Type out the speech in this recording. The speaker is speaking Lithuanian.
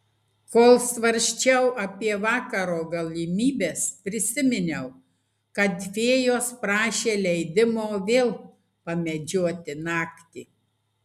kol svarsčiau apie vakaro galimybes prisiminiau kad fėjos prašė leidimo vėl pamedžioti naktį